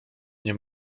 nie